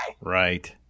Right